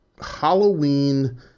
Halloween